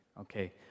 okay